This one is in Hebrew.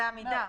זה עמידה.